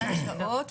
אותן שעות,